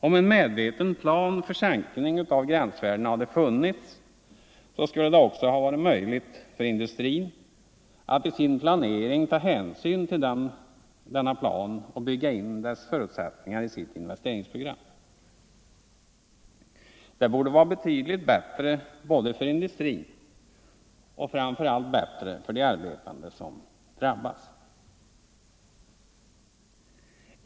Om en medveten plan för sänkning av gränsvärdena hade funnits, skulle det också ha varit möjligt för industrin att i sin planering ta hänsyn till denna plan och bygga in dess förutsättningar i sitt investeringsprogram. Det borde vara betydligt bättre både för industrin och framför allt för de arbetare som drabbas.